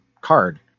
card